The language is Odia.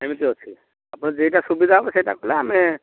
ଏମିତି ଅଛି ଆପଣ ଯେଇଟା ସୁବିଧା ହବ ସେଇଟା କଲେ ଆମେ